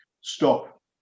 stop